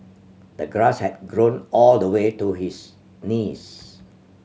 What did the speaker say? the grass had grown all the way to his knees